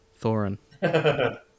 Thorin